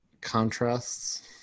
Contrasts